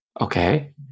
Okay